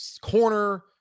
corner